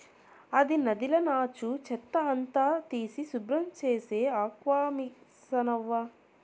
అది నదిల నాచు, చెత్త అంతా తీసి శుభ్రం చేసే ఆక్వామిసనవ్వా